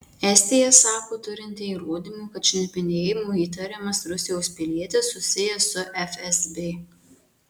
estija sako turinti įrodymų kad šnipinėjimu įtariamas rusijos pilietis susijęs su fsb